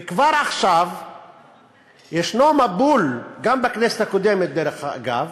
וכבר עכשיו ישנו מבול, גם בכנסת הקודמת, דרך אגב,